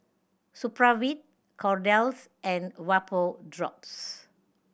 Supravit Kordel's and Vapodrops